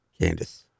Candice